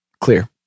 Clear